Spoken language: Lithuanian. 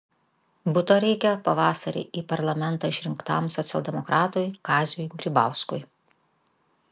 buto reikia pavasarį į parlamentą išrinktam socialdemokratui kaziui grybauskui